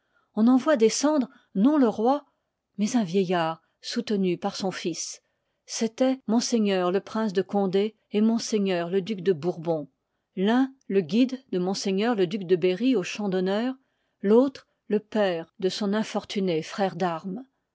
on en voit descendre non le roi mais un vieillard soutenu par son fils c'étoit ms le prince de condé et m le duc de rourbon tun le guide de m le duc de rerry au champ d'honneur l'autre le père de son infortuné frère d'armes